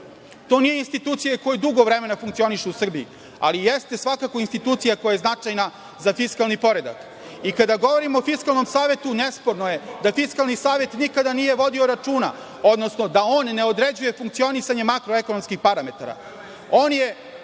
To nije institucija koja dugo vremena funkcioniše u Srbiji, ali jeste svakako institucija koja je značajna za fiskalni poredak. Kada govorimo o Fiskalnom savetu, nesporno je da Fiskalni savet nikada nije vodio računa, odnosno da on ne određuje funkcionisanje makroekonomskih parametara. On je